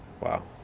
Wow